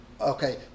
Okay